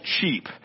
cheap